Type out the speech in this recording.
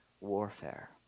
warfare